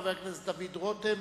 חבר הכנסת דוד רותם